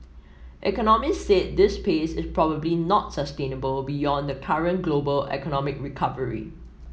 economists said this pace is probably not sustainable beyond the current global economic recovery